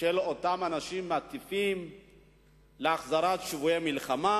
של אותם אנשים המטיפים להחזרת שבויי מלחמה?